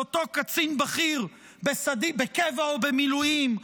על אותו קצין בכיר בקבע ובמילואים,